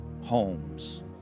homes